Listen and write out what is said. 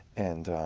and